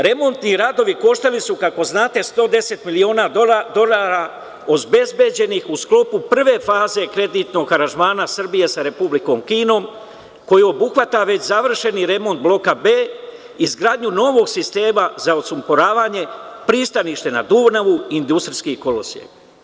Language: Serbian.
Remont i radovi koštali su, kako znate, 110 miliona dolara, obezbeđenih u sklopu prve faze kreditnog aranžmana Srbije sa Republikom Kinom, koji obuhvata već završeni remont Bloka B, izgradnju novog sistema za osumporavanje, pristanište na Dunavu, industrijski kolosek.